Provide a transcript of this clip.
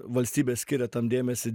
valstybė skiria tam dėmesį